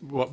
what